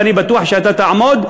ואני בטוח שאתה תעמוד,